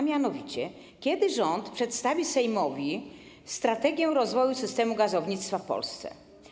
Mianowicie kiedy rząd przedstawi Sejmowi strategię rozwoju systemu gazownictwa w Polsce?